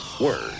word